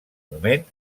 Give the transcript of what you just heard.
moment